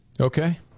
Okay